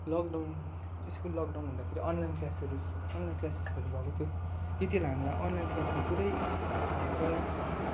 lockdown school lockdown हुँदाखेरि online क्लासहरू online क्लासेसहरू भएको त्यति बेला हामीलाई अनलाइन क्लासमा पुरै हामीलाई प्रयोग भएको थियो